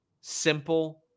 Simple